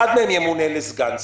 אחד מהם ימונה לסגן שר.